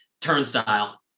Turnstile